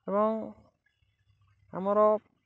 ଏବଂ ଆମର